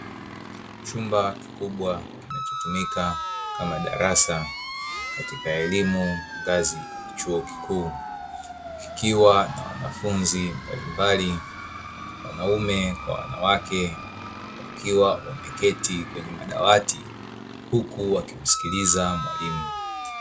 Chumba kikubwa kinachotumika kama darasa katika elimu ya ngazi ya chuo kikuu, kikiwa na wanafunzi mbalimbali wanaume kwa wanawake, wakiwa wameketi kwenye madawati, huku wakimsikiliza mwalimu.